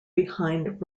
behind